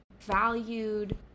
valued